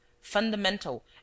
fundamental